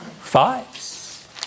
fives